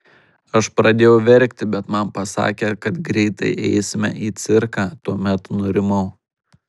aš pradėjau verkti bet man pasakė kad greitai eisime į cirką tuomet nurimau